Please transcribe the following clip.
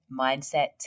mindset